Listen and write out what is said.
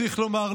צריך לומר,